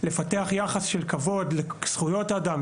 לפתח יחס של כבוד לזכויות אדם,